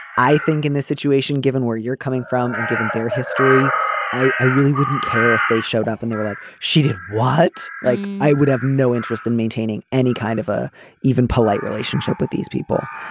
i think in this situation given where you're coming from and given their history i i really wouldn't care if they showed up and they were like she did what. like i would have no interest in maintaining any kind of a even polite relationship with these people.